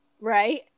right